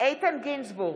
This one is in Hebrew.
איתן גינזבורג,